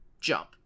jump